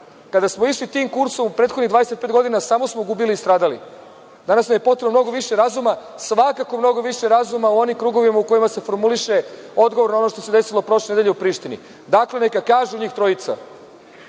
smo išli tim kursom u prethodnih 25 godina, samo smo gubili i stradali. Danas nam je potrebno mnogo više razuma, svakako mnogo više razuma u onim krugovima u kojima se formuliše odgovor na ono što se desilo prošle nedelje u Prištini. Dakle, neka kažu njih trojica